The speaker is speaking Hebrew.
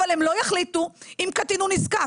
אבל הם לא יחליטו אם קטין הוא נזקק.